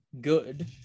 good